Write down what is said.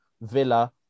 Villa